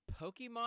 Pokemon